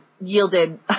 yielded